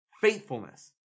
Faithfulness